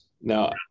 Now